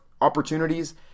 opportunities